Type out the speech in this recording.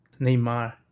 Neymar